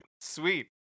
Sweet